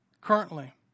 currently